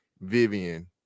vivian